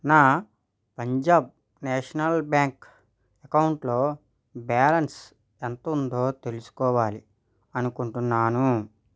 నా Punjab National Bank అకౌంట్లో balance ఎంత ఉందో తెలుసుకోవాలి అనుకుంటున్నాను